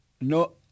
No